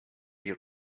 your